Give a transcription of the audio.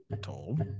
told